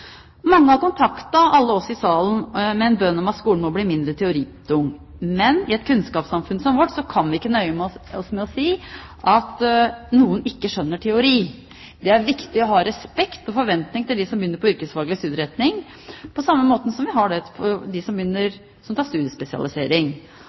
Mange har kontaktet alle oss i salen med en bønn om at skolen må bli mindre teoritung. Men i et kunnskapssamfunn som vårt kan vi ikke nøye oss med å si at noen ikke skjønner teori. Det er viktig å ha respekt og forventning til dem som begynner på yrkesfaglig studieretning, på samme måte som vi har det overfor dem som tar studiespesialisering. Erfaringer viser også at elever som blir møtt med respekt, tatt på